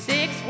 Six